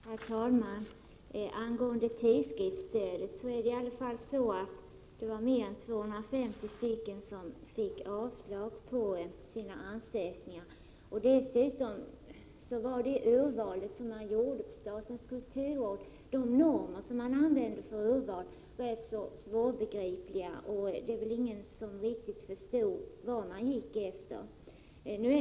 Herr talman! Angående tidskriftsstödet är det i varje fall så att mer än 250 tidskrifter fick avslag på sina ansökningar. Dessutom var det urval man gjorde på statens kulturråd och de normer man använde för urvalet svårbegripliga, och det var ingen som riktigt förstod vad man gick efter.